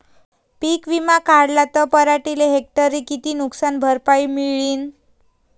पीक विमा काढला त पराटीले हेक्टरी किती नुकसान भरपाई मिळीनं?